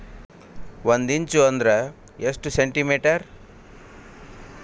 ಒಂದಿಂಚು ಅಂದ್ರ ಎಷ್ಟು ಸೆಂಟಿಮೇಟರ್?